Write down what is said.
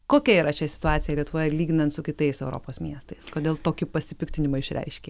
kokia yra čia situacija lietuvoje lyginant su kitais europos miestais kodėl tokį pasipiktinimą išreiškė